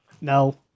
No